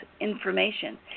information